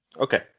Okay